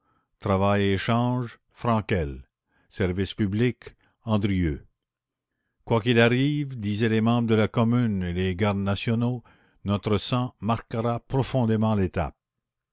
travail et échanges fraenkel services publics andrieu quoi qu'il arrive disaient les membres de la commune et les gardes nationaux notre sang marquera profondément l'étape